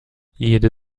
jede